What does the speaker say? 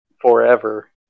forever